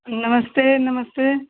नमस्ते नमस्ते